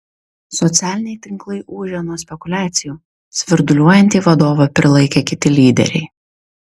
socialiniai tinklai ūžia nuo spekuliacijų svirduliuojantį vadovą prilaikė kiti lyderiai